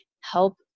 help